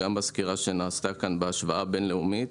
גם בסקירה שנעשתה כאן בהשוואה בין-לאומית,